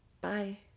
bye